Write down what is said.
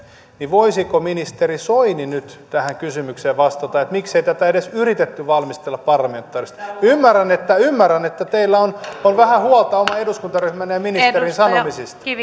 niin voisiko ministeri soini nyt tähän kysymykseen vastata miksei tätä edes yritetty valmistella parlamentaarisesti ymmärrän että ymmärrän että teillä on vähän huolta oman eduskuntaryhmänne ja ministerinne sanomisista